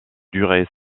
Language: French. duré